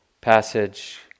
passage